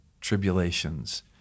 tribulations